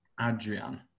Adrian